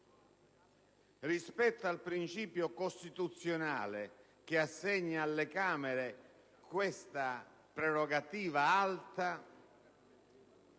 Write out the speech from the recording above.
rispetto al principio costituzionale che assegna alle Camere questa prerogativa alta